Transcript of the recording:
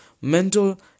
mental